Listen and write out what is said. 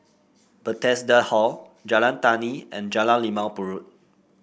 Bethesda Hall Jalan Tani and Jalan Limau Purut